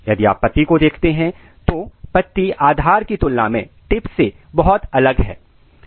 यदि आप पत्ती को देखते हैं तो पत्ती आधार की तुलना में टिप से बहुत अलग है